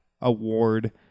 award